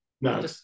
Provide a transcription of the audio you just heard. No